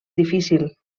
difícil